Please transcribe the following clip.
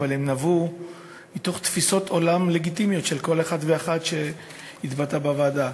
אבל הם נבעו מתפיסות עולם לגיטימיות של כל אחד ואחד שהתבטא בוועדה,